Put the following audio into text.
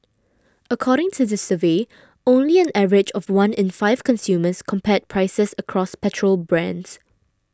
according to the survey only an average of one in five consumers compared prices across petrol brands